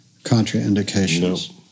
contraindications